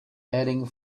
heading